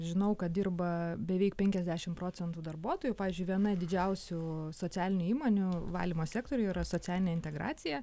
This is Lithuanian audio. žinau kad dirba beveik penkiasdešimt procentų darbuotojų pavyzdžiui viena didžiausių socialinių įmonių valymo sektoriuj yra socialinė integracija